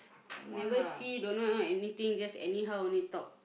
never see don't know anything just anyhow only talk